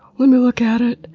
let me look at it.